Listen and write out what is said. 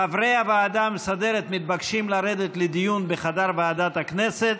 חברי הוועדה המסדרת מתבקשים לרדת לדיון בחדר ועדת הכנסת.